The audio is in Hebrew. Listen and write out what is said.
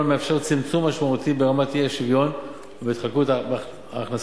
המאפשר צמצום משמעותי ברמת האי-שוויון ובהתחלקות ההכנסות.